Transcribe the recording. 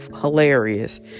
hilarious